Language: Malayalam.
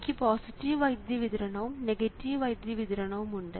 എനിക്ക് പോസിറ്റീവ് വൈദ്യുതി വിതരണവും നെഗറ്റീവ് വൈദ്യുതി വിതരണവും ഉണ്ട്